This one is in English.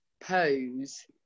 pose